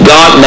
God